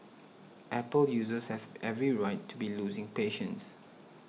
Apple users have every right to be losing patience